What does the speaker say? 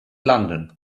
london